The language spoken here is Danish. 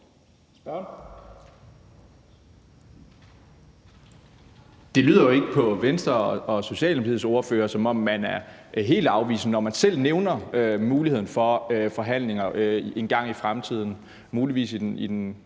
Det lyder jo ikke på Venstres og Socialdemokratiets ordfører, som om man er helt afvisende, når man selv nævner muligheden for forhandlinger engang i fremtiden, muligvis i den